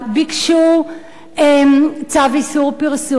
ביקשו צו איסור פרסום,